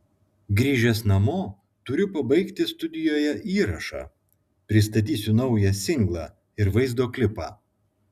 grįžęs namo turiu pabaigti studijoje įrašą pristatysiu naują singlą ir vaizdo klipą